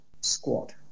squat